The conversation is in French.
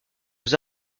aux